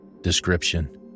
Description